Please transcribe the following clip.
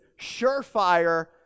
surefire